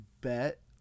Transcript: bet